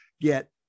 get